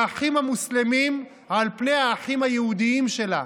את האחים המוסלמים על האחים היהודים שלה.